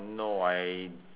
no I